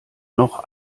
noch